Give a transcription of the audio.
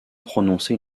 prononcer